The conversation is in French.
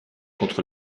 contre